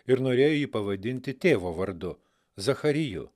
ir norėjo jį pavadinti tėvo vardu zachariju